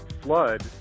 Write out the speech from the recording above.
Flood